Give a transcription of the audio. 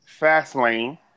Fastlane